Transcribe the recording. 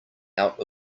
out